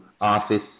office